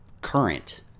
current